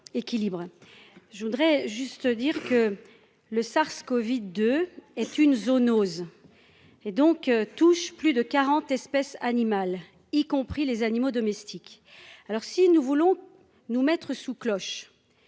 je voudrais juste dire que le Sars Covid de. Est une zoonose et donc touche plus de 40 espèces animales y compris les animaux domestiques, alors si nous voulons nous mettre sous cloche